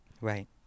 Right